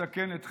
מסכנת חיים,